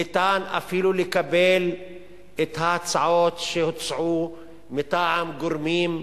ניתן אפילו לקבל את ההצעות שהוצעו מטעם גורמים חיצוניים,